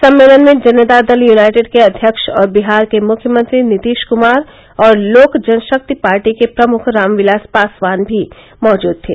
सम्मेलन में जनता दल यूनाइटेड के अध्यक्ष और बिहार के मुख्यमंत्री नीतीश कुमार और लोक जनशक्ति पार्टी के प्रमुख रामविलास पासवान भी मौजूद थे